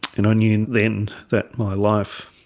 and i knew then that my life